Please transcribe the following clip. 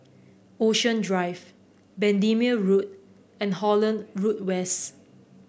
Ocean Drive Bendemeer Road and Holland Road West